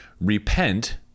repent